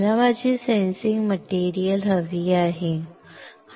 मला माझी सेन्सिंग मटेरियलहवी आहे बरोबर